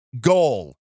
goal